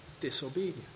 Disobedience